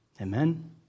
Amen